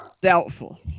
Doubtful